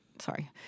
sorry